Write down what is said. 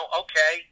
okay